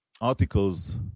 articles